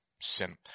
sin